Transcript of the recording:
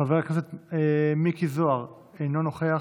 חבר הכנסת מיקי זוהר, אינו נוכח,